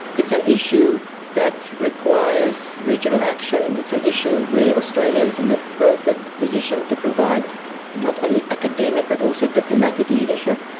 it's an issue that requires regional action. it's an issue where australia is in the perfect position to provide not only academic but also diplomatic leadership.